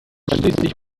schließlich